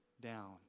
down